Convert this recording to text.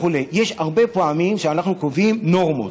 יש הרבה פעמים שאנחנו קובעים נורמות.